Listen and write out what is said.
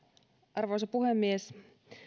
arvoisa puhemies